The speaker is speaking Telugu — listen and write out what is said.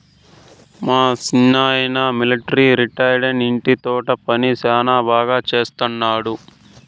మా సిన్నాయన మిలట్రీ రిటైరైనా ఇంటి తోట పని శానా బాగా చేస్తండాడు